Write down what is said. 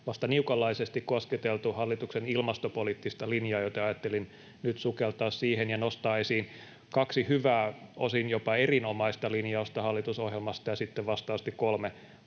vasta niukanlaisesti kosketeltu hallituksen ilmastopoliittista linjaa, joten ajattelin nyt sukeltaa siihen ja nostaa esiin kaksi hyvää, osin jopa erinomaista linjausta hallitusohjelmasta ja sitten vastaavasti kolme